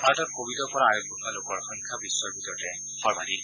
ভাৰতত কোৱিডৰ পৰা আৰোগ্য হোৱা লোকৰ সংখ্যা বিশ্বৰ ভিতৰতে সৰ্বাধিক